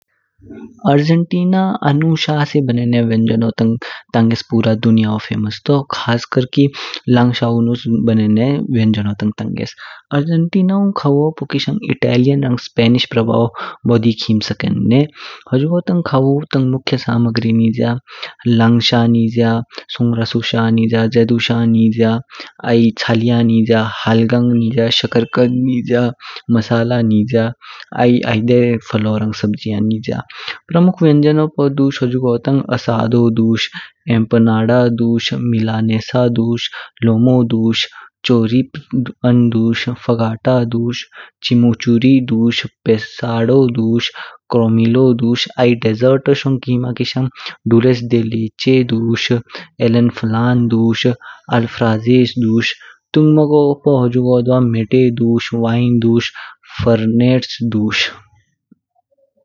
आर्जेन्टीना आनू शा से बनेने व्यंजनो तंग तंङेस पूरा दुनियाओ फेमस तू, खास कर की लांग शाऊ नुस्स बनेने व्यंजनो तंग तंङेस। आर्जेन्टीनौ खावू पू किशंग इतालियन रङ स्पैनिक प्रभाव बोदी खिमा स्केन्ने। हुजूगो तंग कावू तंग मुख्यल सामग्री निज्या लांग शा निज्या, सुंगरासु शा निज्या, जेङुदू शा निज्या आइ चालीया निज्या, हल्गंग निज्या, शकरकंद निज्या, मसाला निज्या आइ आइदे फलू रङ स्ब्जी निज्या। प्रमुख व्यंजनो पू दुश हुजूगो तंग असादो दुश, एम्पनाडा दुश, मिलानेसा दुश, लोमो दुश, चोरीफ्ह उन दुश, फगाडा दुश, चिमोचुरी दुश, पेसादो दुश, क्रोमिलो दुश। आइ देसेर्तोओशङ खिमा किशंग डोल्स्दलीचे दुश, अलेंफ्लन दुश, अल्फ्राजे दुश। तुङम्गो पू हुजूगो द्वा मेटे दुश, वाइन दुश फर्नेते दुश।